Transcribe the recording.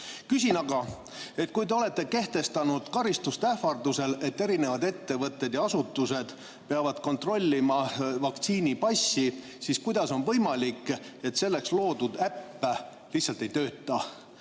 Küsin aga sedasi: kui te olete karistuste ähvardusel kehtestanud, et erinevad ettevõtted ja asutused peavad kontrollima vaktsiinipassi, siis kuidas on võimalik, et selleks loodud äpp lihtsalt ei tööta?